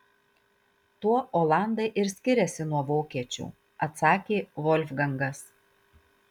tuo olandai ir skiriasi nuo vokiečių atsakė volfgangas